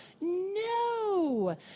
no